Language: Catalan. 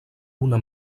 una